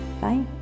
Bye